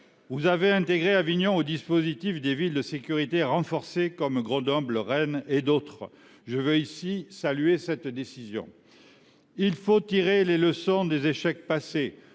vous avez intégré Avignon au dispositif Villes de sécurité renforcée, comme Grenoble, Rennes et d’autres. Je veux ici saluer cette décision. Il faut tirer les leçons des échecs passés.